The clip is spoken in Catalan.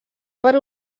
per